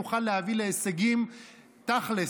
נוכל להביא להישגים תכלס,